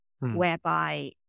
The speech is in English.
whereby